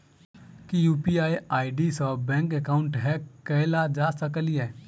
की UPI ID सऽ bank account hack कैल जा सकलिये?